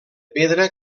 pedra